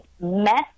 mess